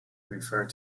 referred